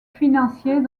financiers